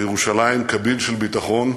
לירושלים קבין של ביטחון,